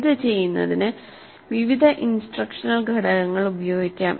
ഇത് ചെയ്യുന്നതിന് വിവിധ ഇൻസ്ട്രക്ഷണൽ ഘടകങ്ങൾ ഉപയോഗിക്കാം